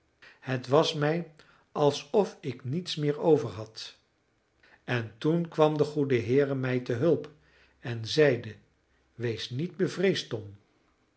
het was mij alsof ik niets meer over had en toen kwam de goede heere mij te hulp en zeide wees niet bevreesd tom